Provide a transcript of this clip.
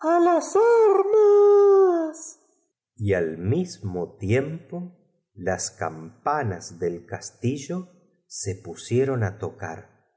y al mismo tiempo las campana s del dió la retirarla ya hornos dicho que no castillo se pusieron á tocar